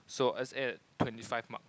so let's end at twenty five mark at least